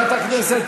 הסתייגות.